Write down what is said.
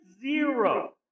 zero